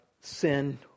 sin